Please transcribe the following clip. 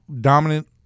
dominant